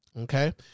Okay